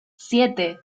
siete